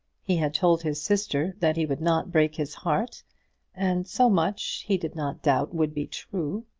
he had told his sister that he would not break his heart and so much, he did not doubt, would be true.